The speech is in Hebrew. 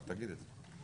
רק תגיד את זה.